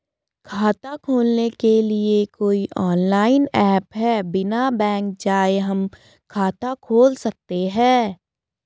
खाता खोलने के लिए कोई ऑनलाइन ऐप है बिना बैंक जाये हम खाता खोल सकते हैं?